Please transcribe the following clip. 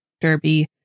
Derby